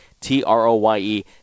T-R-O-Y-E